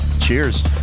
Cheers